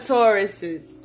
Tauruses